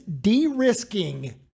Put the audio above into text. de-risking